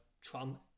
trump